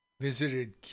Visited